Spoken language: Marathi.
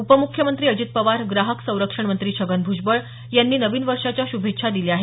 उपमुख्यमंत्री अजित पवार ग्राहक संरक्षण मंत्री छगन भूजबळ यांनी नवीन वर्षाच्या श्भेच्छा दिल्या आहेत